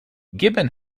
gibbon